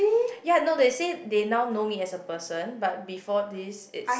ya no they said they now know me as a person but before this is